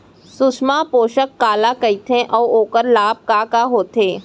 सुषमा पोसक काला कइथे अऊ ओखर लाभ का का होथे?